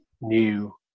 new